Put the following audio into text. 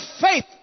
faith